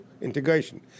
integration